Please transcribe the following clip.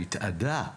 התאדה,